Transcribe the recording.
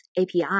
API